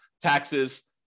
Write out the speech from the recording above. taxes